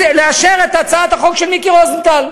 ולאשר את הצעת החוק של מיקי רוזנטל.